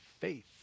faith